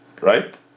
right